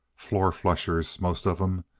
four-flushers, most of em.